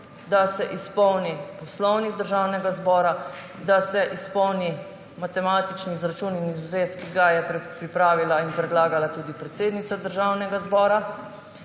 da se izpolni Poslovnik Državnega zbora, da se izpolnita matematični izračun in razrez, ki ga je pripravila in predlagala tudi predsednica Državnega zbora,